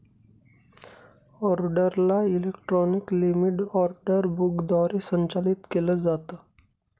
ऑर्डरला electronic limit order book द्वारे संचालित केलं जातं